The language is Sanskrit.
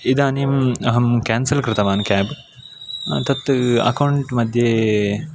इदानीम् अहं केन्सल् कृतवान् अहं केब् तत् अकौण्ट् मध्ये